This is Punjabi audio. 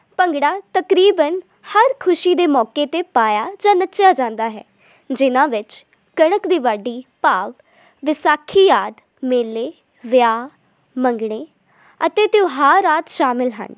ਭੰਗੜਾ ਤਕਰੀਬਨ ਹਰ ਖੁਸ਼ੀ ਦੇ ਮੌਕੇ 'ਤੇ ਪਾਇਆ ਜਾਂ ਨੱਚਿਆ ਜਾਂਦਾ ਹੈ ਜਿਨ੍ਹਾਂ ਵਿੱਚ ਕਣਕ ਦੀ ਵਾਢੀ ਭਾਵ ਵਿਸਾਖੀ ਆਦਿ ਮੇਲੇ ਵਿਆਹ ਮੰਗਣੇ ਅਤੇ ਤਿਉਹਾਰ ਆਦਿ ਸ਼ਾਮਲ ਹਨ